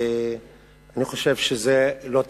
ואני חושב שזה לא תקין.